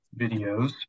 videos